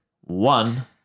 One